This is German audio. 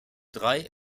drei